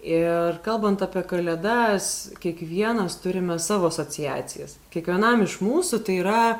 ir kalbant apie kalėdas kiekvienas turime savo asociacijas kiekvienam iš mūsų tai yra